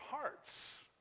hearts